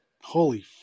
Holy